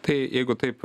tai jeigu taip